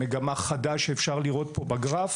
מגמה חדה שאפשר לראות פה בגרף,